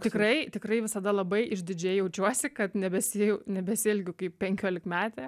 tikrai tikrai visada labai išdidžiai jaučiuosi kad nebesieju nebesielgiu kaip penkiolikmetė